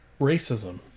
racism